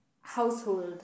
household